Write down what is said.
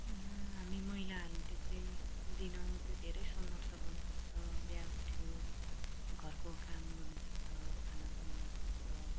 हामी महिलाहरूले चाहिँ दिनहुँ धेरै सङ्घर्ष गर्नुपर्छ बिहान उठ्यो घरको काम गर्नुपर्छ खाना बनाउनुपर्छ